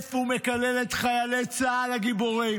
מגדף ומקלל את חיילי צה"ל הגיבורים.